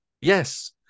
Yes